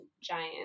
giant